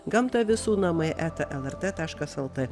gamta visų namai eta lrt taškas lt